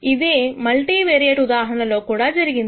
ఇదే multivariate ఉదాహరణలో కూడా జరిగింది